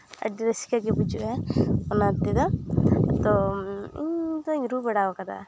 ᱟᱹᱰᱤ ᱨᱟᱹᱥᱠᱟᱹ ᱜᱮ ᱵᱩᱡᱩᱜᱼᱟ ᱚᱱᱟ ᱛᱮᱫᱚ ᱛᱚ ᱤᱧ ᱫᱩᱧ ᱨᱩ ᱵᱟᱲᱟᱣᱟᱠᱟᱫᱟ